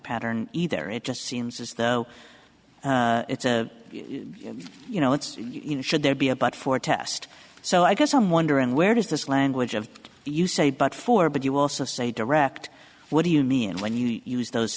pattern either it just seems as though it's a you know it's you know should there be a but for a test so i guess i'm wondering where does this language of you say but for but you also say direct what do you mean when you use those